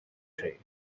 tree